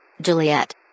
Juliet